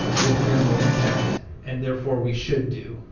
with minimal impact, and therefore we should do.